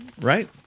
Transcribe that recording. Right